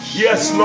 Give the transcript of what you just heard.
yes